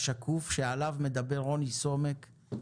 השקוף שעליו מדבר רוני סומק,